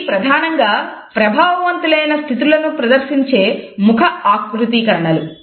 ఇవి ప్రధానంగా ప్రభావవంతమైన స్థితులను ప్రదర్శించే ముఖ ఆకృతీకరణలు